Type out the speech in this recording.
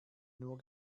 nur